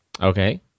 Okay